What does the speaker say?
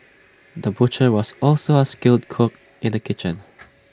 the butcher was also A skilled cook in the kitchen